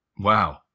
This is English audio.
Wow